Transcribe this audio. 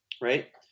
right